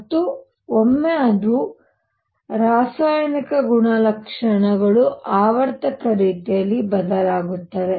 ಮತ್ತು ಒಮ್ಮೆ ಅದು ರಾಸಾಯನಿಕ ಗುಣಲಕ್ಷಣಗಳು ಆವರ್ತಕ ರೀತಿಯಲ್ಲಿ ಬದಲಾಗುತ್ತವೆ